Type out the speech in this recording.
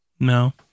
No